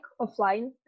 offline